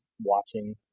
watching